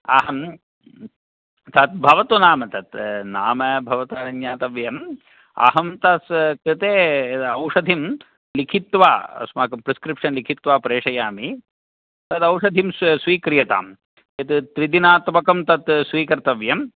अहं तत् भवतु नाम तत् नाम भवतु न ज्ञातव्यम् अहं तत् कृते औषधिं लिखित्वा अस्माकं प्रेसक्रिप्शन् लिखित्वा प्रेषयामि तद् औषधीम् स्वीक्रियतां द्विदिनात्मकं तत् स्वीकर्तव्यम्